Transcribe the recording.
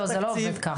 לא, זה לא עובד ככה.